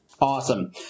Awesome